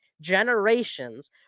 generations